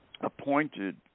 appointed